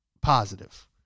positive